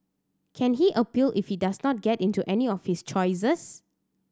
can he appeal if he does not get into any of his choices